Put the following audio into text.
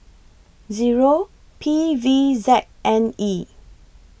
Zero P V Z N E